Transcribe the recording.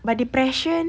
but depression